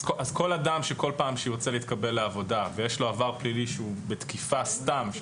אז כל אדם שירצה להתקבל לעבודה ויש לו עבר פלילי על תקיפה סתם,